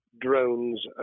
drones